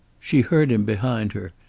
she heard him behind her,